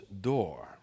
Door